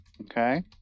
Okay